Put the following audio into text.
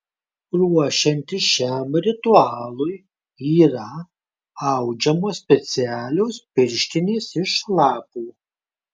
ruošiantis šiam ritualui yra audžiamos specialios pirštinės iš lapų